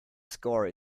score